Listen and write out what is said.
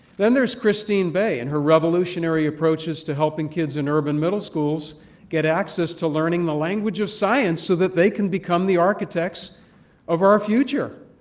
then there is christine bae and her revolutionary approaches to helping kids in urban middle schools get access to learning the language of science so that they can become the architects of our future.